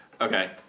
Okay